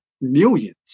millions